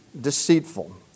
deceitful